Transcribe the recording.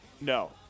No